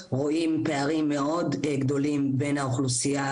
רואים פערים מאוד גדולים בין האוכלוסייה